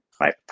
Right